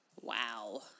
wow